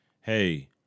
hey